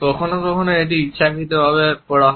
কখনও কখনও এটি ইচ্ছাকৃতভাবে করা হয়